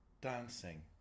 dancing